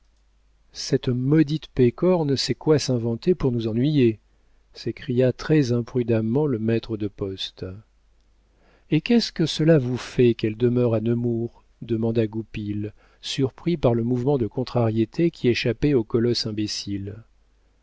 cette maudite pécore ne sait quoi s'inventer pour nous ennuyer s'écria très imprudemment le maître de poste et qu'est-ce que cela vous fait qu'elle demeure à nemours demanda goupil surpris par le mouvement de contrariété qui échappait au colosse imbécile